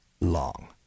long